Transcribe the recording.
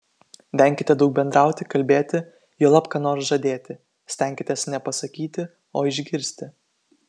venkite daug bendrauti kalbėti juolab ką nors žadėti stenkitės ne pasakyti o išgirsti